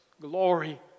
glory